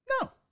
No